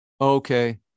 Okay